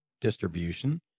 distribution